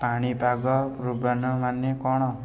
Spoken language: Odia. ପାଣିପାଗ ପୂର୍ବାନୁମାନ କ'ଣ